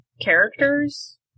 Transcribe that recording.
characters